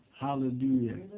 hallelujah